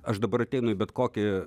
aš dabar ateinu į bet kokį